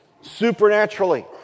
supernaturally